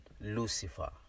Lucifer